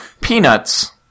Peanuts